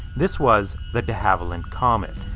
this was the de havilland comet.